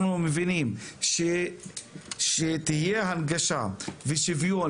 אנחנו מבינים שאם יהיו הנגשה ושוויון